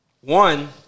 One